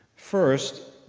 first,